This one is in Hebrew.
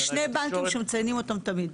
יש שני בנקים שמציינים אותם תמיד.